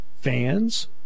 Fans